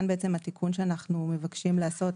כאן בעצם התיקון שאנחנו מבקשים לעשות,